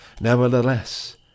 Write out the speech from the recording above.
Nevertheless